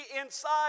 inside